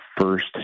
first